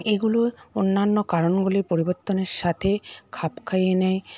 এগুলো অন্যান্য কারণগুলির পরিবর্তনের সাথে খাপ খাইয়ে নেয়